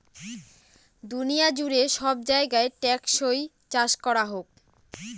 দুনিয়া জুড়ে সব জায়গায় টেকসই চাষ করা হোক